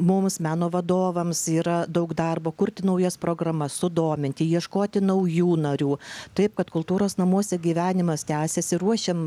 mums meno vadovams yra daug darbo kurti naujas programas sudominti ieškoti naujų narių taip kad kultūros namuose gyvenimas tęsiasi ruošiam